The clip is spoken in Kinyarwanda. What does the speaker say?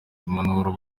impanuro